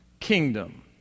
Kingdom